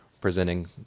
presenting